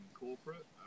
corporate